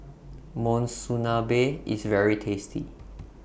Monsunabe IS very tasty